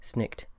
Snicked